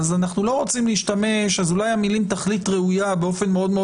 אז אולי המילים "תכלית ראויה" באופן מאוד מאוד